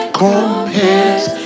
compares